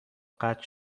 قطع